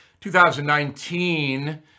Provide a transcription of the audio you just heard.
2019